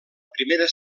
primera